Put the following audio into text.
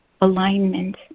alignment